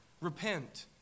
repent